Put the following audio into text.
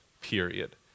period